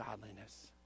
Godliness